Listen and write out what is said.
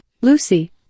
Lucy